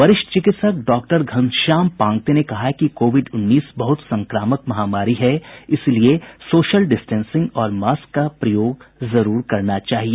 वरिष्ठ चिकित्सक डाक्टर घनश्याम पांग्ते ने कहा है कि कोविड उन्नीस बहुत संक्रामक महामारी है इसलिए सोशल डिस्टेंसिंग और मास्क का प्रयोग जरुर करना चाहिए